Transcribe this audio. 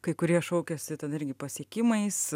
kai kurie šaukiasi tada irgi pasiekimais